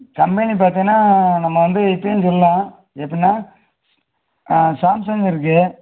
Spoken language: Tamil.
கம்பெனி பார்த்திங்கன்னா நம்ம வந்து இப்படியும் சொல்லலாம் எப்பிடின்னா சாம்சங் இருக்குது